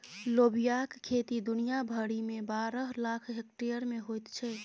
लोबियाक खेती दुनिया भरिमे बारह लाख हेक्टेयर मे होइत छै